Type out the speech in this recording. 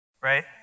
right